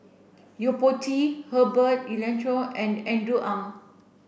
Yo Po Tee Herbert Eleuterio and Andrew Ang